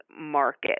market